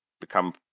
become